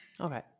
Okay